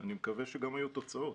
אני מקווה שגם היו תוצאות.